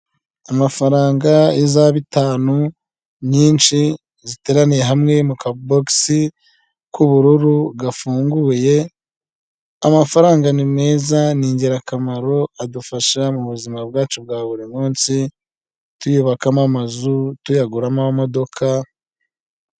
Amafaranga y'iza bitanu nyinshi ziteraniye hamwe mu kabogisi, k'ubururu gafunguye. Amafaranga ni meza ni ingirakamaro adufasha mu buzima bwacu bwa buri munsi tuyubakamo amazu tuyaguramo amamodoka.